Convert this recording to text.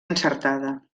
encertada